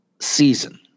season